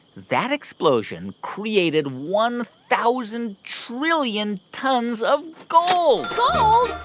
that explosion created one thousand trillion tons of gold